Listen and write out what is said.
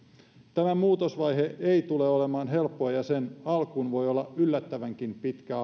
tämä muutosvaihe ei tule olemaan helppo ja sen alkuun voi olla yllättävänkin pitkä